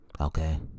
Okay